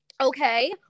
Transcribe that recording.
okay